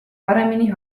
paremini